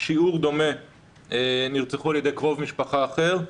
שיעור דומה נרצחו על ידי קרוב משפחה אחר,